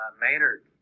Maynard